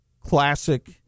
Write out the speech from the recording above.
classic